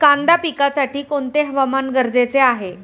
कांदा पिकासाठी कोणते हवामान गरजेचे आहे?